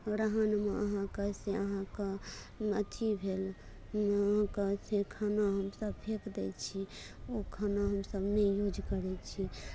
ग्रहणमे अहाँकेँ से अहाँके अथी भेल अहाँके से खाना हमसभ फेकि दै छियै ओ खाना हमसभ नहि यूज करैत छियै